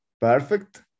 Perfect